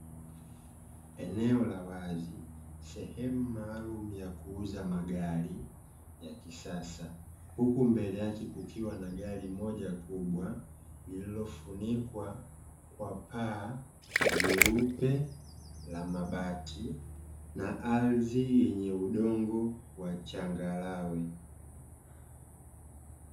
Eneo la wazi sehemu maalumu ya kuuza magari ya kisasa huku mbele yake kukiwa na gari moja kubwa lililofunikwa kwa paa jeupe la mabati na ardhi yenye udongo wa changarawe.